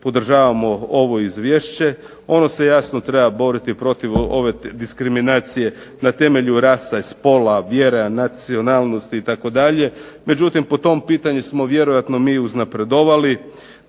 podržavamo ovo izvješće. Ono se jasno treba boriti protiv ove diskriminacije na temelju rasa, spola, vjere, nacionalnosti itd., međutim po tom pitanju smo vjerojatno mi uznapredovali